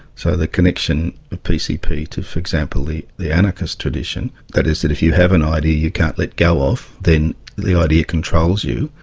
so the connection of pcp to, for example, the the anarchist tradition, that is that if you have an idea you can't let go of, then the idea controls you.